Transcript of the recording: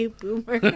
boomer